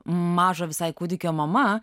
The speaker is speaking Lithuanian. maža visai kūdikio mama